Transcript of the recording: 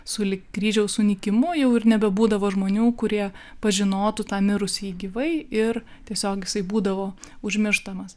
sulig kryžiaus sunykimu jau ir nebebūdavo žmonių kurie pažinotų tą mirusįjį gyvai ir tiesiog jisai būdavo užmirštamas